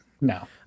No